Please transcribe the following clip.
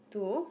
to